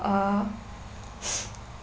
uh